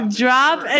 drop